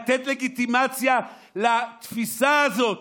לתת לגיטימציה לתפיסה הזאת